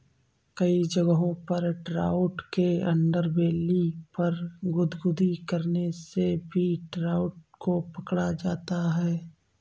कई जगहों पर ट्राउट के अंडरबेली पर गुदगुदी करने से भी ट्राउट को पकड़ा जाता है